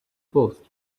post